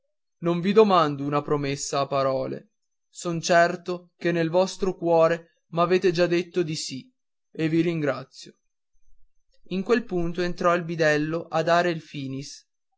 non vi domando una promessa a parole son certo che nel vostro cuore m'avete già detto di sì e vi ringrazio in quel punto entrò il bidello a dare il finis